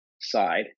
side